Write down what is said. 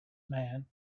man